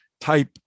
Type